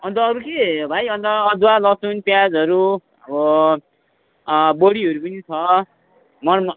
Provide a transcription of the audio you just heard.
अन्त अरू के भाइ अन्त अदुवा लसुन प्याजहरू अब बोडीहरू पनि छ मर म